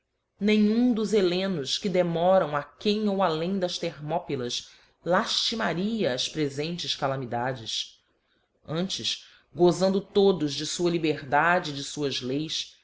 nenhum dos hellenos que demoram áquem ou além das thermopylas laftimaria as prefentes calamidades antes gofando todos de fua liberdade e de fuás leis